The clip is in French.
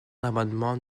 l’amendement